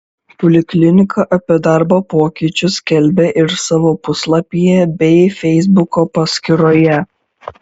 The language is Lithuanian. poliklinika apie darbo pokyčius skelbia ir savo puslapyje bei feisbuko paskyroje